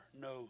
no